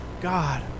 God